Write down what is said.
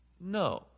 No